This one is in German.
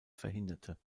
verhinderte